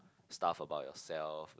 stuff about yourself